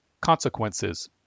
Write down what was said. Consequences